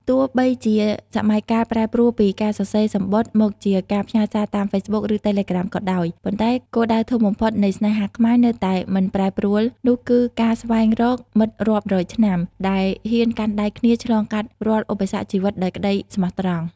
ទោះបីជាសម័យកាលប្រែប្រួលពីការសរសេរសំបុត្រ មកជាការផ្ញើសារតាម Facebook ឬ Telegram ក៏ដោយ ប៉ុន្តែគោលដៅធំបំផុតនៃស្នេហាខ្មែរនៅតែមិនប្រែប្រួល នោះគឺការស្វែងរក "មិត្តរាប់រយឆ្នាំ" ដែលហ៊ានកាន់ដៃគ្នាឆ្លងកាត់រាល់ឧបសគ្គជីវិតដោយក្តីស្មោះត្រង់។